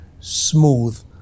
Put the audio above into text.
smooth